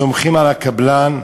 סומכים על הקבלן,